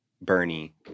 Bernie